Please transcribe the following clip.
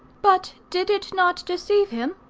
but did it not deceive him?